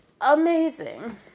amazing